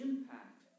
impact